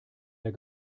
der